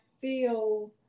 feel